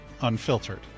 unfiltered